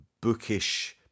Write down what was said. bookish